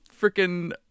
freaking